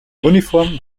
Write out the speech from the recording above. uniformen